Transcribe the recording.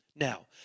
Now